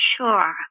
sure